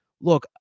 look